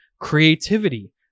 creativity